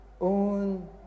own